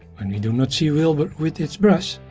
when we do not see wilber with its brush,